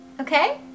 okay